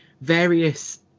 various